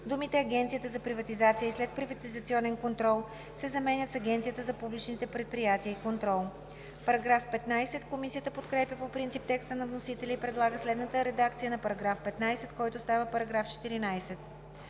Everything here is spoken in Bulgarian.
думите „Агенцията за приватизация и следприватизационен контрол“ се заменят с „Агенцията за публичните предприятия и контрол“.“ Комисията подкрепя по принцип текста на вносителя и предлага следната редакция на § 13, който става § 12: „§ 12.